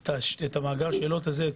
את מאגר השאלות הזה.